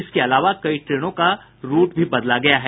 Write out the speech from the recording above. इसके अलावा कई ट्रेनों का रूट भी बदला गया है